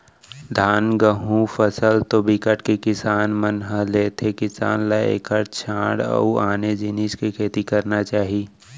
धान, गहूँ फसल तो बिकट के किसान मन ह लेथे किसान ल एखर छांड़ अउ आने जिनिस के खेती करना चाही